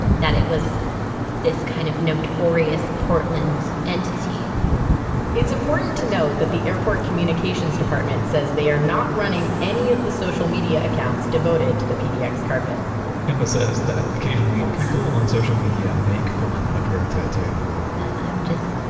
that it was this kind of notorious portland entity it's important to note that the airport communications department says they are not running any of the social media accounts devoted to the pdx carpet emma says that occasionally people on social media make fun of her tattoo but i'm just